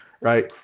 Right